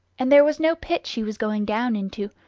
and there was no pit she was going down into,